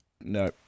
No